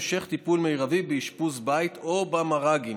המשך טיפול מיטבי באשפוז בית או במר"גים,